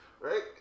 Right